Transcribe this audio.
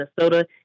Minnesota